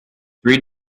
three